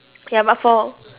ya but for